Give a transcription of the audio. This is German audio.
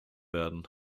werden